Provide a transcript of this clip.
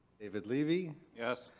david lieby. yes.